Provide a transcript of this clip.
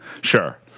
Sure